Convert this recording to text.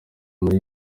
muri